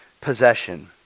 possession